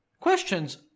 Questions